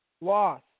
loss